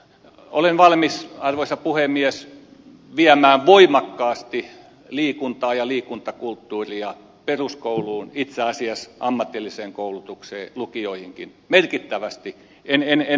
olen valmis arvoisa puhemies viemään voimakkaasti liikuntaa ja liikuntakulttuuria peruskouluun itse asiassa ammatilliseen koulutukseen lukioihinkin merkittävästi enemmän